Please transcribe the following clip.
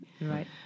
Right